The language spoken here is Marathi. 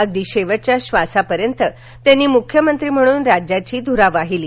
अगदी शेवटच्या श्वासापर्यंत त्यांनी मुख्यमंत्री म्हणून राज्याची धुरा वाहिली